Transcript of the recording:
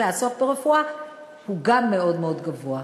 לעסוק ברפואה גם הוא מאוד מאוד גבוה.